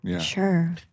Sure